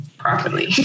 properly